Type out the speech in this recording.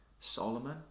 Solomon